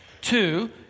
two